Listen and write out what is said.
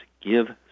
Give